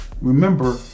remember